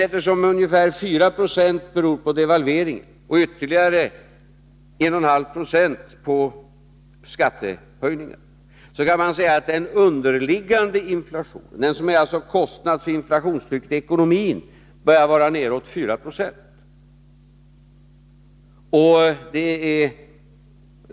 Eftersom ungefär 4 96 beror på devalveringen och ytterligare 1,5 96 på skattehöjningen, kan man säga att den underliggande inflationen, alltså den som ger kostnadsoch inflationstryck i ekonomin, är nere på 4 26.